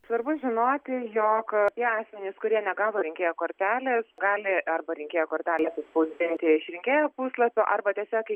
svarbu žinoti jog tie asmenys kurie negavo rinkėjo kortelės gali arba rinkėjo kortelės spausdinti iš rinkėjo puslapio arba tiesiog į